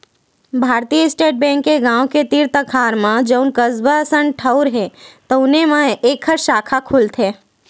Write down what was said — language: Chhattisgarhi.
भारतीय स्टेट बेंक के गाँव के तीर तखार म जउन कस्बा असन ठउर हे तउनो म एखर साखा खुलत हे